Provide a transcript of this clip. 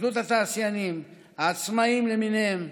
העצמאים למיניהם,